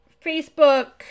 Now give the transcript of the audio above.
Facebook